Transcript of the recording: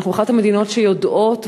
אנחנו אחת המדינות שיודעות,